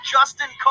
Justin